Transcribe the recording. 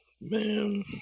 man